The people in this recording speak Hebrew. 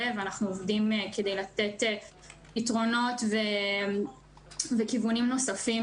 ואנחנו עובדים כדי לתת פתרונות וכיוונים נוספים